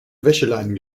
wäscheleinen